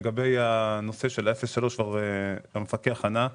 לגבי הנושא של 0.3, המפקח ענה.